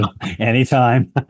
anytime